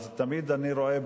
אז תמיד אני רואה,